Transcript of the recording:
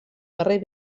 darrer